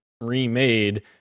remade